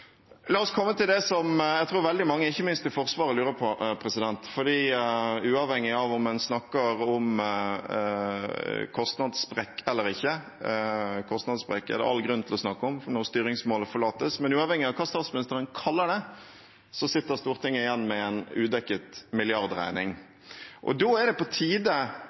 ikke minst i Forsvaret, for uavhengig av om en snakker om kostnadssprekk eller ikke – kostnadssprekk er det all grunn til å snakke om, når styringsmålene forlates – uavhengig av hva statsministeren kaller det, sitter Stortinget igjen med en udekket milliardregning. Da er det på tide,